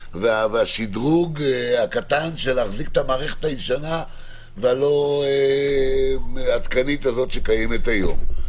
והשדרוג הקטן של להחזיק את המערכת הישנה והלא עדכנית הזאת שקיימת היום.